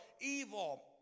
evil